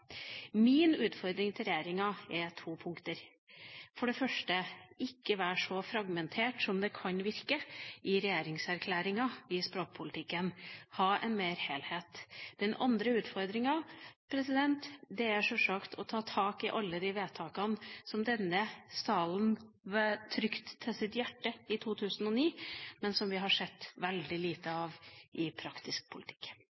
Min utfordring til regjeringa er to punkter. For det første: Ikke vær så fragmentert i språkpolitikken som det kan virke i regjeringserklæringa. Ha mer helhet. Den andre utfordringa er sjølsagt å ta tak i alle de vedtakene som denne salen trykte til sitt hjerte i 2009, men som vi har sett veldig lite av i praktisk politikk.